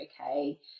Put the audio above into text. okay